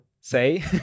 say